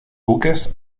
buques